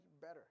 better